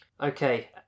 Okay